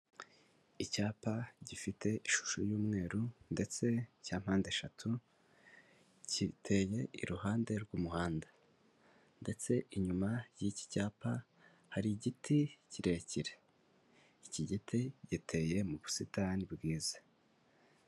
Icyapa gifite ishusho y'umweru ndetse cya mpandeshatu, kiteye iruhande rw'umuhanda. Ndetse inyuma y'iki cyapa hari igiti kirekire. Iki giti giteye mu busitani bwiza.